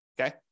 okay